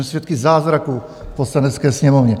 Jsme svědky zázraku v Poslanecké sněmovně.